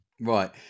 Right